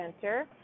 center